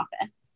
office